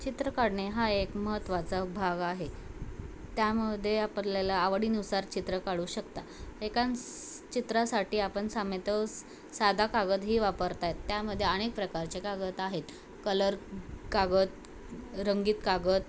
चित्र काढणे हा एक महत्त्वाचा भाग आहे त्यामध्ये आपल्याला आवडीनुसार चित्र काढू शकता एकाच चित्रासाठी आपण सामान साधा कागदही वापरता येतो त्यामध्ये अनेक प्रकारचे कागद आहेत कलर कागद रंगीत कागद